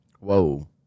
Whoa